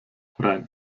rein